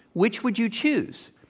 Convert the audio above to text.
which would you choose?